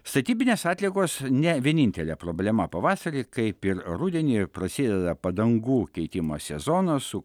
statybinės atliekos ne vienintelė problema pavasarį kaip ir rudenį prasideda padangų keitimo sezonas su